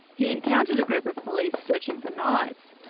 he encountered a group of police searching for knives,